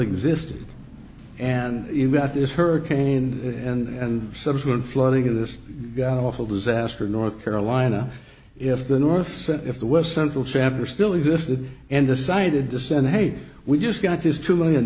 exists and you've got this hurricane and subsequent flooding of this god awful disaster in north carolina if the north if the west central chapter still existed and decided to send hey we just got this two million